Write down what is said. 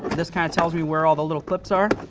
this kind of tells me where all the little clips are,